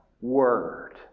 Word